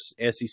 SEC